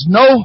no